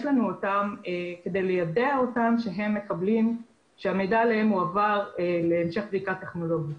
כדי ליידע אותם שהמידע עליהם הועבר להמשך בדיקה טכנולוגית.